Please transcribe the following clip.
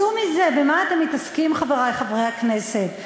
צאו מזה, במה אתם מתעסקים, חברי חברי הכנסת?